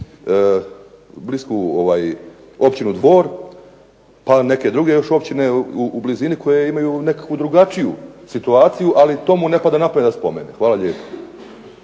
blisku općinu Dvor, pa neke druge još općine u blizini koje imaju nekakvu drugačiju situaciju, ali to mu ne pada na pamet da spomene. Hvala lijepa.